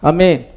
Amen